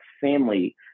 family